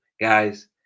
Guys